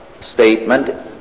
statement